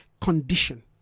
condition